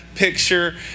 Picture